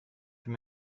für